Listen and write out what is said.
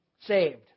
saved